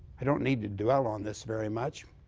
i don't need to dwell on this very much.